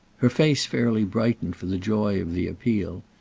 her face fairly brightened for the joy of the appeal,